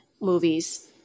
movies